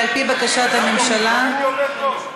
שמית,